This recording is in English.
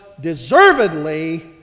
deservedly